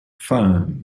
foam